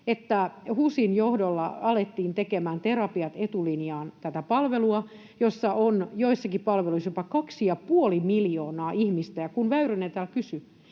HUSin johdolla alettiin tekemään Terapiat etulinjaan ‑palvelua, jossa on joissakin palveluissa jopa kaksi ja puoli miljoonaa ihmistä. Ja kun Väyrynen täällä kysyi,